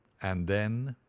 and then